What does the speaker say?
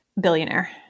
billionaire